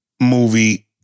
movie